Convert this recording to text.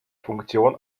funktion